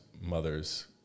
mothers